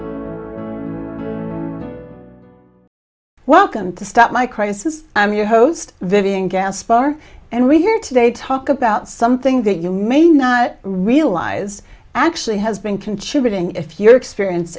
welcome to stop my crisis i'm your host vivian jaspar and reader today talk about something that you may not realize actually has been contributing if you're experienc